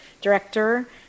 director